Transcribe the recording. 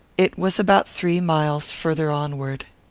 it was about three miles farther onward.